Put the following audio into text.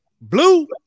blue